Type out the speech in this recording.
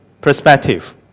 perspective